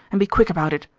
and be quick about it,